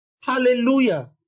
Hallelujah